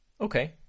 Okay